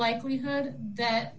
likelihood that